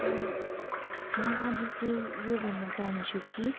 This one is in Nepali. म आज चाहिँ यो भन्न चाहन्छु कि